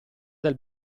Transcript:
del